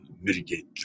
Mitigate